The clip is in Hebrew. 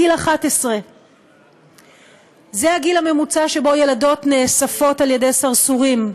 גיל 11. זה הגיל הממוצע שבו ילדות נאספות על-ידי סרסורים.